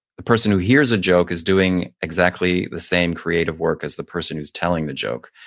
the person who hears a joke is doing exactly the same creative work as the person who's telling the joke.